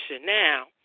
Now